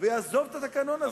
ויעזוב את התקנון הזה.